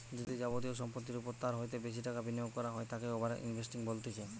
যদি যাবতীয় সম্পত্তির ওপর তার হইতে বেশি টাকা বিনিয়োগ করা হয় তাকে ওভার ইনভেস্টিং বলতিছে